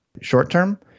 short-term